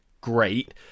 great